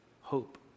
hope